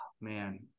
man